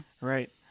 right